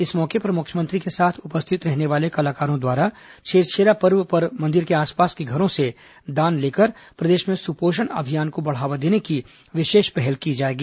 इस मौके पर मुख्यमंत्री के साथ उपस्थित रहने वाले कलाकारों द्वारा छेरछेरा पर्व पर मंदिर के आसपास के घरों से दान लेकर प्रदेश में सुपोषण अभियान को बढ़ावा देने की विशेष पहल की जाएगी